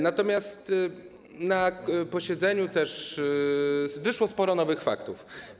Natomiast na posiedzeniu wyszło też sporo nowych faktów.